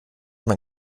man